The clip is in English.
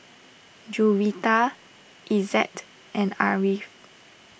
Juwita Izzat and Ariff